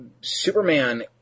Superman